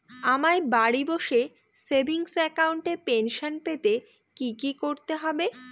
আমায় বাড়ি বসে সেভিংস অ্যাকাউন্টে পেনশন পেতে কি কি করতে হবে?